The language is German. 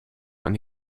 eine